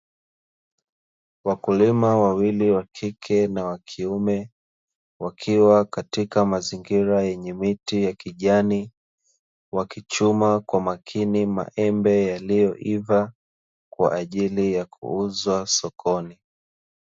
Wakulima wawili wa kike na wa kiume wakiwa katika mazingira yenye miti ya kijani, wakichuma kwa makini maembe yaliyoiva kwa ajili ya kuuza sokoni.